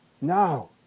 No